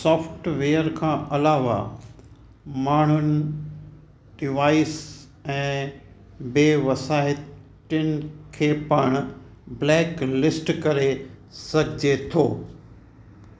software खां अलावा माण्हुनि डिवाइस ऐं वेबसाइट खे पाण ब्लैकलिस्ट करे सघिजे थो